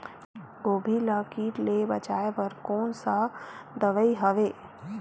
गोभी ल कीट ले बचाय बर कोन सा दवाई हवे?